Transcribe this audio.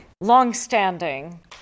longstanding